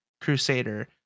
Crusader